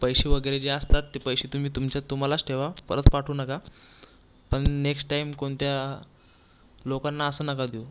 पैसे वगैरे जे असतात ते पैसे तुम्ही तुमच्या तुम्हालाच ठेवा परत पाठवू नका पण नेक्स्ट टाईम कोणत्या लोकांना असं नका देऊ